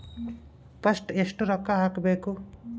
First ಎಷ್ಟು ರೊಕ್ಕ ಹಾಕಬೇಕು?